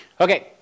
Okay